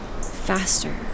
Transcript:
faster